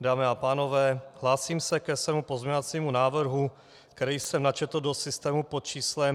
dámy a pánové, hlásím se ke svému pozměňovacímu návrhu, který jsem načetl do systému pod číslem 5569.